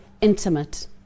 intimate